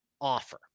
offer